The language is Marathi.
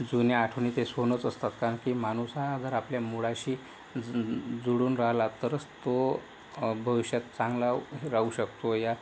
जुन्या आठवणी ते सोनंच असतात कारण की माणूस हा अगर आपल्या मुळाशी जुळून राहिला तरच तो भविष्यात चांगला राहू शकतो